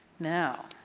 now